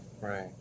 Right